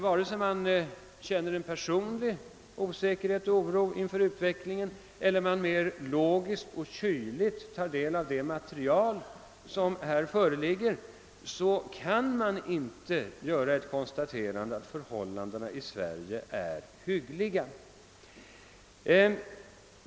Vare sig man känner en personlig osäkerhet och oro inför utvecklingen eller bara logiskt och kyligt tar del av det statistiska material som föreligger, kan man inte påstå att förhållandena i Sverige är hyggliga.